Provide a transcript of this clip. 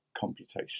computation